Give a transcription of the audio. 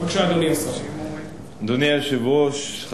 אדוני השר, בבקשה.